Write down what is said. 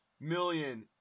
million